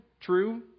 true